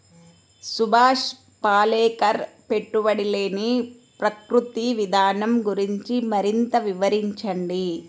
సుభాష్ పాలేకర్ పెట్టుబడి లేని ప్రకృతి విధానం గురించి మరింత వివరించండి